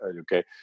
okay